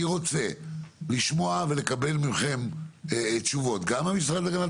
אני רוצה לשמוע ולקבל מכם תשובות גם מהמשרד להגנת